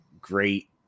great